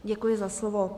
Děkuji za slovo.